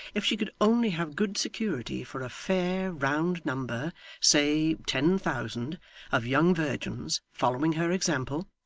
if she could only have good security for a fair, round number say ten thousand of young virgins following her example,